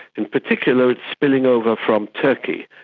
in particular it's spilling over from turkey.